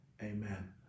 Amen